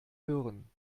hören